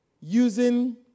using